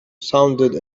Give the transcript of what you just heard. sounded